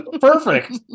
Perfect